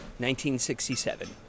1967